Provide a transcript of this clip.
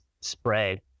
spread